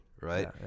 Right